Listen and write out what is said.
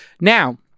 Now